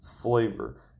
flavor